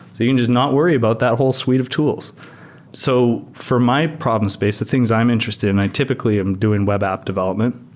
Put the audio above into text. you can just not worry about that whole suite of tools so for my problem space, the things i'm interested and i typically am doing web app development,